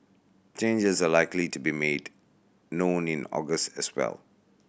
changes are likely to be made known in August as well